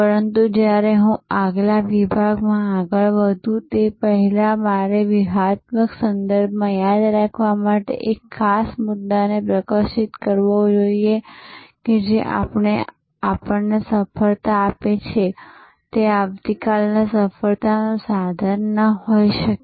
પરંતુ જ્યારે હું આગલા વિભાગમાં આગળ વધું તે પહેલાં મારે વ્યૂહાત્મક સંદર્ભમાં યાદ રાખવા માટે એક ખાસ મુદ્દાને પ્રકાશિત કરવો જોઈએ કે જે આજે આપણને સફળતા આપે છે તે આવતીકાલે સફળતાનું સાધન ન હોઈ શકે